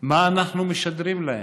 מה אנחנו משדרים להם?